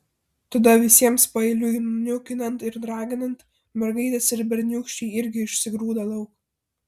tada visiems paeiliui niukinant ir raginant mergaitės ir berniūkščiai irgi išsigrūda lauk